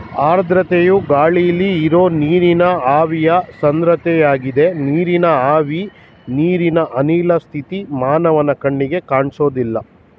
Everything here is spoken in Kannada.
ಆರ್ದ್ರತೆಯು ಗಾಳಿಲಿ ಇರೋ ನೀರಿನ ಆವಿಯ ಸಾಂದ್ರತೆಯಾಗಿದೆ ನೀರಿನ ಆವಿ ನೀರಿನ ಅನಿಲ ಸ್ಥಿತಿ ಮಾನವನ ಕಣ್ಣಿಗೆ ಕಾಣ್ಸೋದಿಲ್ಲ